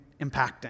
impacting